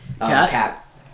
Cat